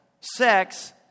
Sex